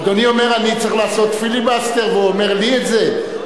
אדוני אומר: אני צריך לעשות פיליבסטר ואומר לי את זה?